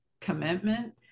commitment